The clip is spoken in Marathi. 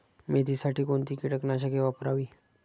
मेथीसाठी कोणती कीटकनाशके वापरावी?